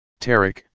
Tarek